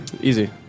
easy